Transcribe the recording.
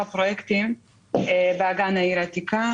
יכול להיות שיש להם סוג של קבורה אחרת?